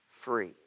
free